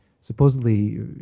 supposedly